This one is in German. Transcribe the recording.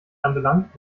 anbelangt